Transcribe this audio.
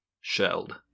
shelled